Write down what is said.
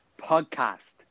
podcast